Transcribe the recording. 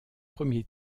premier